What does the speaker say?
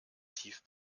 tief